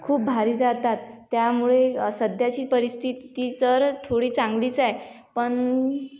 खूप भारी जातात त्यामुळे सध्याची परिस्थिती तर थोडी चांगलीच आहे पण